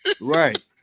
Right